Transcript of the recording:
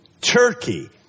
Turkey